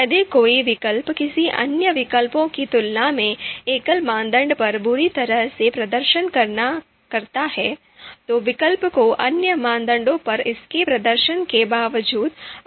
यदि कोई विकल्प किसी अन्य विकल्प की तुलना में एकल मानदंड पर बुरी तरह से प्रदर्शन करता है तो विकल्प को अन्य मानदंडों पर इसके प्रदर्शन के बावजूद आउट्रैंक किया जाएगा